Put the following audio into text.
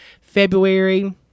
February